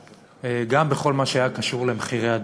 גם בכל מה שהיה קשור למחירי הדיור.